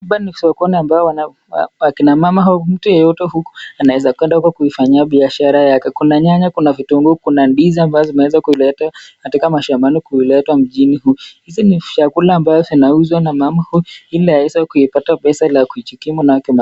Hapa ni sokoni ambao kina mama au mtu yeyote anaeza kwenda kuifanyia biashara yake, kuna nyanya, kuna vitunguu, kuna ndizi ambazo zimeweza kuletwa katika mashambani kuletwa mjini, hizi ni shakula ambazo zinauzwa na mama ili aweze kuipata pesa la kujikimu la kima.